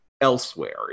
elsewhere